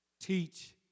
Teach